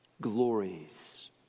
glories